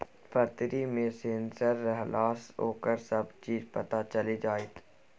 पतरी मे सेंसर रहलासँ ओकर सभ चीज पता चलि जाएत